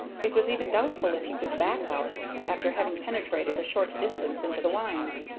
it was even doubtful if he could back out after having penetrated a short distance into the winze.